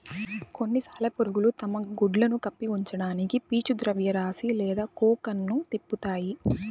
కొన్ని సాలెపురుగులు తమ గుడ్లను కప్పి ఉంచడానికి పీచు ద్రవ్యరాశి లేదా కోకన్ను తిప్పుతాయి